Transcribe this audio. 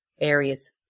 areas